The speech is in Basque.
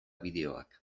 bideoak